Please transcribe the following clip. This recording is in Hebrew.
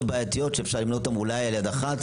בעייתיות שאפשר למנותן אולי על יד אחד.